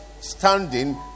standing